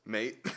Mate